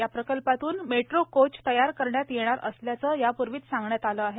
या प्रकल्पातून metro coach तयार करण्यात येणार असल्याचे यापूर्वीच सांगण्यात आले आहे